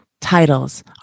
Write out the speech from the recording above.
titles